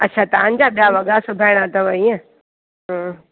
अच्छा तव्हांजा ॿिया वॻा सिबाइणा अथव ईअं हूं